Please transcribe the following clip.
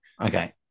Okay